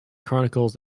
chronicles